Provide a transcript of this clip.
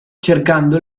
cercando